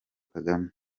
kagame